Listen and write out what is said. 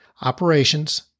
Operations